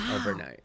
Overnight